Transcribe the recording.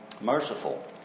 Merciful